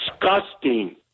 disgusting